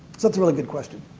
that's a really good question.